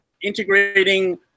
integrating